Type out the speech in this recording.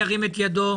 ירים את ידו.